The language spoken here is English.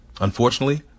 unfortunately